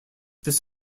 this